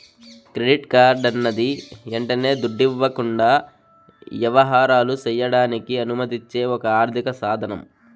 credit కార్డన్నది యంటనే దుడ్డివ్వకుండా యవహారాలు సెయ్యడానికి అనుమతిచ్చే ఒక ఆర్థిక సాదనం